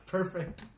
Perfect